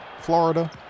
Florida